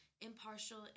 impartial